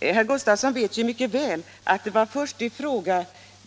Herr Gustavsson vet mycket väl att